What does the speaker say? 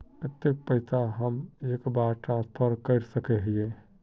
केते पैसा हम एक बार ट्रांसफर कर सके हीये?